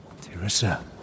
Teresa